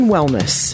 Wellness